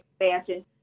expansion